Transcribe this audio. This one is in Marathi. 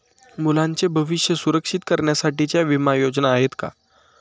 मुलांचे भविष्य सुरक्षित करण्यासाठीच्या विमा योजना आहेत का?